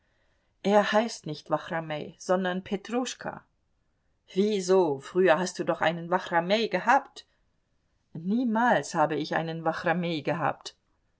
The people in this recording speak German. er heißt nicht wachramej sondern petruschka wieso früher hast du doch einen wachramej gehabt niemals habe ich einen wachramej gehabt